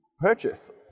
purchase